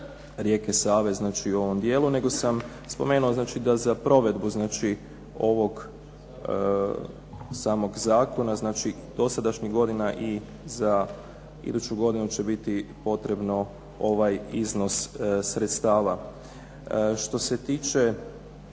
rijeke Save u ovom dijelu, nego sam spomenuo da za provedbu ovog samog zakona znači dosadašnjih godina i za iduću godinu će biti potrebno ovaj iznos sredstava. Što se tiče